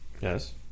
yes